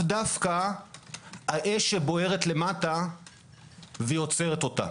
דווקא האש שבוערת למטה ויוצרת אותה.